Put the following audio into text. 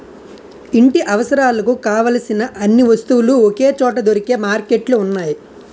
ఇంటి అవసరాలకు కావలసిన అన్ని వస్తువులు ఒకే చోట దొరికే మార్కెట్లు ఉన్నాయి